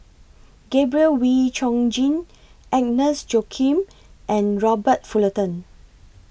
Gabriel Oon Chong Jin Agnes Joaquim and Robert Fullerton